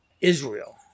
Israel